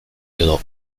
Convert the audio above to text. edo